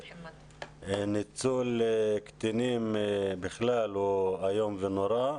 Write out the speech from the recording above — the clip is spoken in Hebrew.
ניצול קטינים בכלל הוא איום ונורא.